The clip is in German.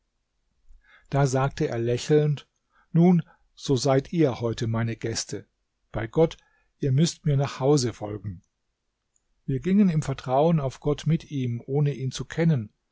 da sagte er lächelnd nun so seid ihr heute meine gäste bei gott ihr müßt mir nach hause folgen wir gingen im vertrauen auf gott mit ihm ohne ihn zu kennen